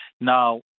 Now